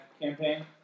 campaign